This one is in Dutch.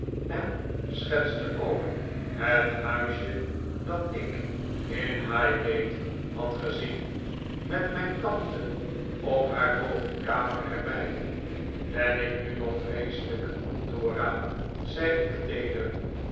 en schetste ook het huisje dat ik in highgate had gezien met mijn tante op haar bovenkamer er bij ben ik nu nog vreeselijk dora zei ik teeder